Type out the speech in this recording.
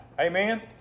Amen